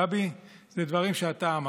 גבי, אלה דברים שאתה אמרת.